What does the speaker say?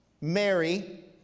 Mary